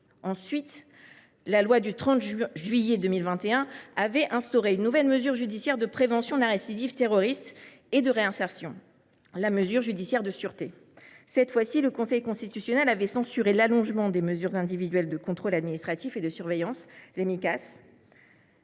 Ensuite, la loi du 30 juillet 2021 a instauré une nouvelle mesure judiciaire de prévention de la récidive terroriste et de réinsertion : la mesure judiciaire de sûreté. Cette fois, le Conseil constitutionnel avait censuré l’allongement des mesures individuelles de contrôle administratif et de surveillance, les Micas.